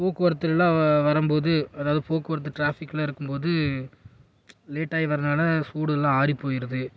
போக்குவரத்திலெலாம் வரும்போது அதாவது போக்குவரத்து டிராஃபிக்கில் இருக்கும்போது லேட்டாகி வர்றதுனால் சூடு எல்லாம் ஆறிப்போயிடுது